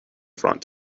front